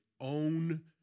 own